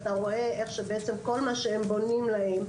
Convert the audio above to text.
אתה רואה איך שכל מה שהם בונים להם,